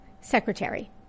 secretary